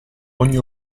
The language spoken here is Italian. ogni